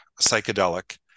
psychedelic